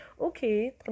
Okay